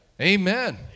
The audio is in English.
Amen